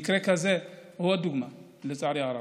מקרה כזה הוא עוד דוגמה, לצערי הרב.